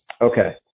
okay